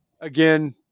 again